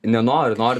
nenoriu noriu